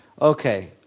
Okay